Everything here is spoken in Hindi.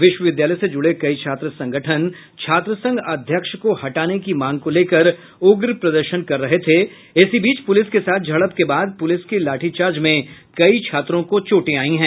विश्वविद्यालय से जुड़े कई छात्र संगठन छात्र संघ अध्यक्ष को हटाने की मांग को लेकर उग्र प्रदर्शन कर रहे थे इसी बीच पुलिस के साथ झड़प के बाद पुलिस के लाठीचार्ज में कई छात्रों को चोटे आयी हैं